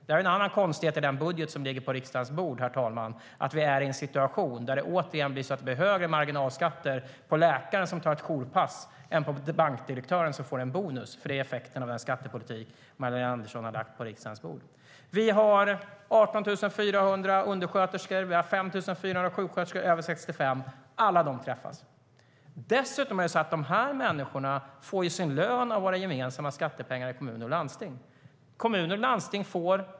Det är en annan konstighet i den budget som ligger på riksdagens bord, herr talman: Vi är i en situation där det återigen blir högre marginalskatter på läkaren som tar ett jourpass än på bankdirektören som får en bonus. Det är effekten av den skattepolitik som Magdalena Andersson har lagt på riksdagens bord. Vi har 18 400 undersköterskor och 5 400 sjuksköterskor över 65 - alla de träffas. Dessutom får dessa människor sin lön från våra gemensamma skattepengar i kommuner och landsting.